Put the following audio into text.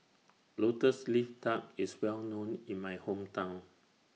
Lotus Leaf Duck IS Well known in My Hometown